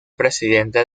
presidente